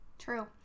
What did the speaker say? true